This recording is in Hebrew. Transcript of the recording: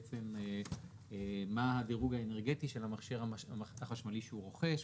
מה הדירוג האנרגטי של המכשיר החשמלי שהוא רוכש,